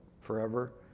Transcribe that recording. forever